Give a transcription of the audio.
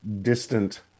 distant